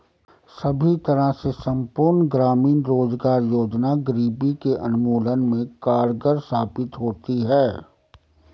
सभी तरह से संपूर्ण ग्रामीण रोजगार योजना गरीबी के उन्मूलन में कारगर साबित होती है